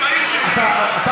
בעיר שלי, כריזה, בסדר.